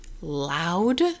loud